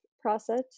process